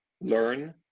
learn